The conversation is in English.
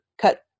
cut